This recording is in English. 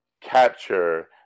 capture